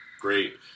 great